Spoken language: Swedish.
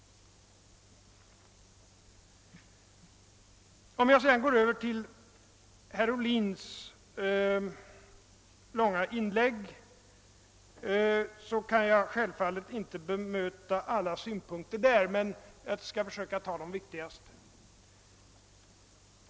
Om jag sedan går över till herr Ohlins långa inlägg kan jag självfallet inte bemöta alla hans synpunkter, men jag skall försöka ta de viktigaste.